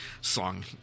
song